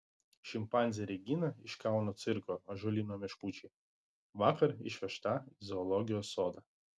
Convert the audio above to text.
šimpanzė regina iš kauno cirko ąžuolyno meškučiai vakar išvežta į zoologijos sodą